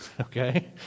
okay